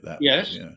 Yes